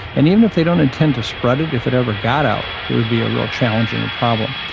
and even if they don't intend to spread it, if it ever got out it would be a real challenge and a problem.